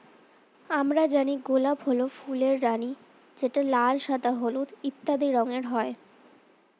আমরা জানি গোলাপ হল ফুলের রানী যেটা লাল, সাদা, হলুদ ইত্যাদি রঙের হয়